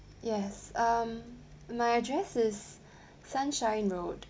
yes um my address is sunshine road